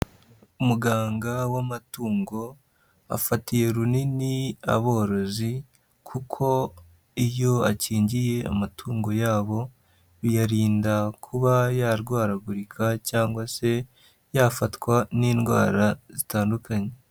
Umuganga w'amatungo afatiye runini aborozi, kuko iyo akingiye amatungo yabo, biyarinda kuba yarwaragurika cyangwa se yafatwa n'indwara zitandukanye.